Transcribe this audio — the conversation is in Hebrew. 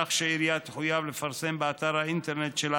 כך שעירייה תחויב לפרסם באתר האינטרנט שלה